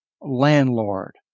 landlord